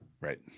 Right